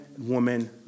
woman